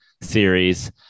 series